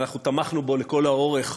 אנחנו תמכנו בו לכל האורך